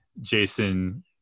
Jason